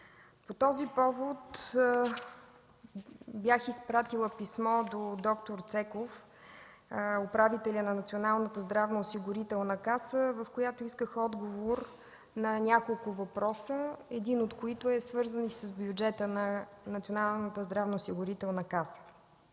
По този повод бях изпратила писмо до д-р Цеков – управителя на Националната здравноосигурителна каса, в което исках отговор на няколко въпроса. Един от тях е свързан с бюджета на Националната здравноосигурителна каса.